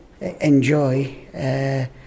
enjoy